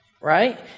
Right